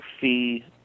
fee